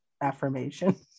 affirmation